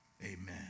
Amen